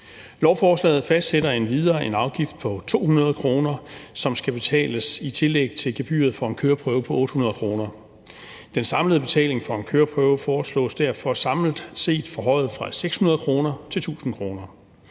Lovforslaget fastsætter endvidere en afgift på 200 kr., som skal betales i tillæg til gebyret for en køreprøve på 800 kr. Den samlede betaling for en køreprøve foreslås derfor samlet set forhøjet fra 600 kr. til 1.000 kr.